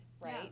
right